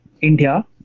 India